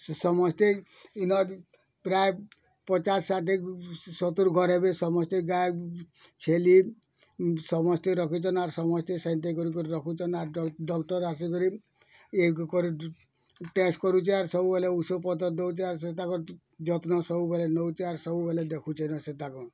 ସେ ସମସ୍ତେ ଇନ ପ୍ରାୟ ପଚାଶ୍ ଷାଠେ ସତୁର୍ ଘର୍ ଏବେ ସମସ୍ତେ ଗାଏ ଛେଲି ସମସ୍ତେ ରଖିଛନ୍ ଆର୍ ସମସ୍ତେ ସେନ୍ତା କରି କରି ରଖୁଛନ୍ ଆର୍ ଡକ୍ଟର୍ ଆସିକରି ଟେଷ୍ଟ୍ କରୁଛେ ଆର୍ ସବୁବେଲେ ଓଷୋ ପତର୍ ଦଉଛେ ଆର୍ ସେ ତାକର୍ ଯତ୍ନ ସବୁବେଲେ ନଉଛେ ଆର୍ ସବୁବେଲେ ଦେଖୁଛନ୍ ସେତାକ